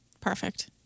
Perfect